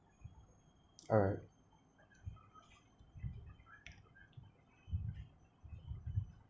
alright